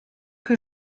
que